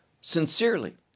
sincerely